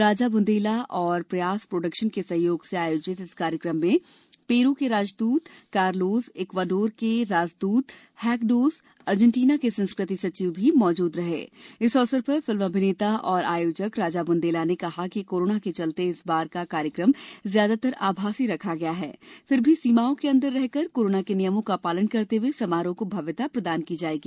राजा बूंदेला एवं प्रयास प्रोडक्शन के सहयोग से आयोजित इस कार्यक्रम में पेरू के राजदूत कार लोज इक्वाडोर के राजदूत हैक टोज अर्जेंटीना के संस्कृति सचिव भी मौजूद रहे इस अवसर पर फिल्म अभिनेता एवं आयोजक राजा बूंदेला ने कहा की कोरोना के चलते इस बार का कार्यक्रम ज्यादातर आभासी रखा गया है फिर भी सीमाओं के अंदर रहकर कोरोना के नियमों का पालन करते हुए समारोह को भव्यता प्रदान की जाएगी